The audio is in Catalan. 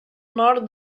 nord